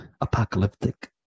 apocalyptic